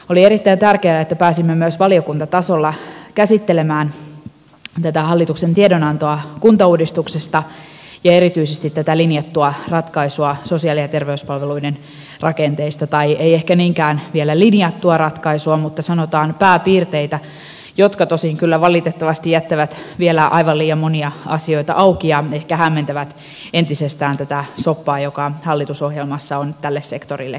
oli erittäin tärkeää että pääsimme myös valiokuntatasolla käsittelemään tätä hallituksen tiedonantoa kuntauudistuksesta ja erityisesti tätä linjattua ratkaisua sosiaali ja terveyspalveluiden rakenteista tai ei ehkä niinkään vielä linjattua ratkaisua mutta sanotaan pääpiirteitä jotka tosin kyllä valitettavasti jättävät vielä aivan liian monia asioita auki ja ehkä hämmentävät entisestään tätä soppaa joka hallitusohjelmassa on tälle sektorille keitetty